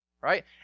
right